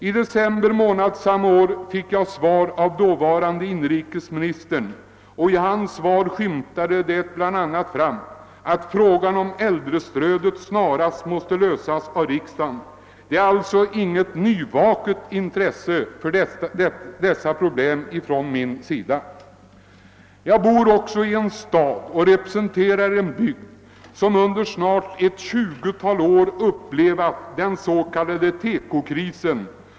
I december månad samma år fick jag svar av dåvarande inrikesministern, och där skymtade det fram att frågan om äldrestödet snarast måste lösas av riksdagen. Det rör sig alltså inte om något nyvaknat intresse från min sida för dessa problem. Jag bor också i en stad och representerar en bygd som under ett tjugotal år upplevt den s.k. TEKO-krisen.